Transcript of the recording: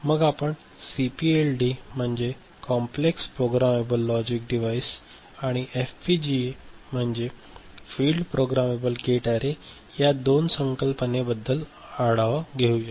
आणि मग आपण सीपीएलडी म्हणजे कॉम्प्लेक्स प्रोग्रामेबल लॉजिक डिवाइस आणि एफपीजीए म्हणजे फील्ड प्रोग्रामेबल गेट अॅरे या दोन संकल्पने बद्दल एक आढावा घेऊया